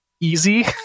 easy